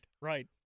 Right